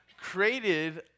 created